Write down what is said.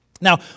Now